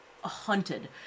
hunted